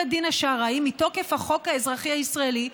הדין השרעי מתוקף החוק האזרחי הישראלי,